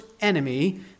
enemy